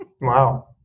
Wow